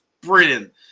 brilliant